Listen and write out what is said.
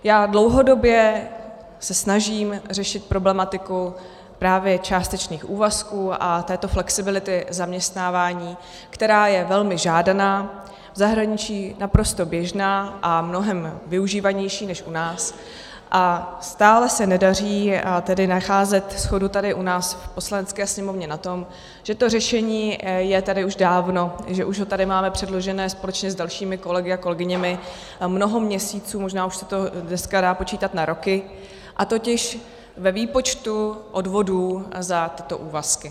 Já se dlouhodobě snažím řešit problematiku právě částečných úvazků a této flexibility zaměstnávání, která je velmi žádaná, v zahraničí naprosto běžná a mnohem využívanější než u nás, a stále se nedaří nacházet shodu tady u nás v Poslanecké sněmovně na tom, že to řešení je tady už dávno, že už ho tady máme předložené společně s dalšími kolegy a kolegyněmi mnoho měsíců, možná už se to dneska dá počítat na roky totiž ve výpočtu odvodů za tyto úvazky.